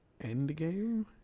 endgame